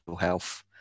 health